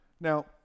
Now